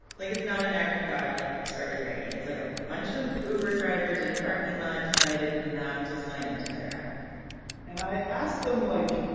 like, it's not an act of god like it started raining. it's, like, a bunch of uber drivers in a parking lot decided not to sign in to their app and i asked them, like,